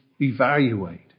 evaluate